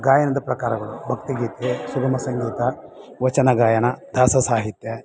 ಗಾಯನದ ಪ್ರಕಾರಗಳು ಭಕ್ತಿಗೀತೆ ಸುಗಮ ಸಂಗೀತ ವಚನ ಗಾಯನ ದಾಸಸಾಹಿತ್ಯ